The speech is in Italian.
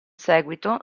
seguito